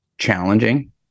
Challenging